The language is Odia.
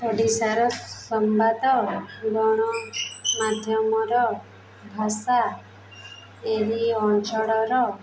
ଓଡ଼ିଶାର ସମ୍ବାଦ ଗଣମାଧ୍ୟମର ଭାଷା ଏହି ଅଞ୍ଚଳର